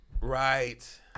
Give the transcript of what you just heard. Right